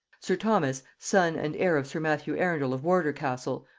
sir thomas, son and heir of sir matthew arundel of wardour-castle,